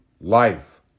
life